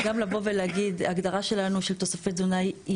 גם לבוא ולהגיד הגדרה שלנו של תוספי תזונה היא